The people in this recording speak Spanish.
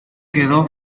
quedó